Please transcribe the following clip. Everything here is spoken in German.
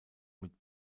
mit